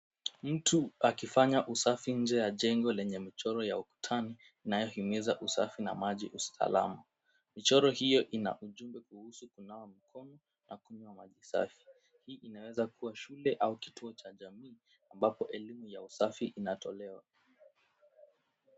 Mtu akifanya usafi nje ya jengo lenye mchoro ya ukutani inayohimiza usafi na maji usalama. Michoro hiyo ina ujumbe kuhusu kunawa mkono na kukunywa maji safi. Hii inawezakuwa shule au kituo cha jamii ambapo elimu ya usafi inatolewa.